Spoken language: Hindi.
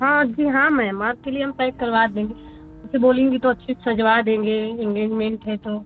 हाँ जी हाँ मैम आपके लिए हम पैक करवा देंगे बोलेंगी तो अच्छे से सजवा देंगे एन्गेजमेन्ट है तो